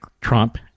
Trump